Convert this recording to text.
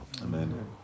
Amen